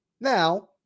Now